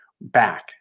back